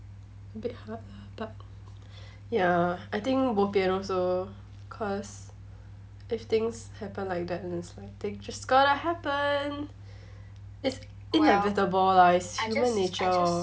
a bit hard but ya I think bo bian also cause if things happen like that and it's like it just gotta happen it's inevitable ah it's human nature